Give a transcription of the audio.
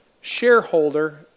shareholder